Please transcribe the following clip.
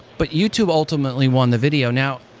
but youtube ultimately won the video. now,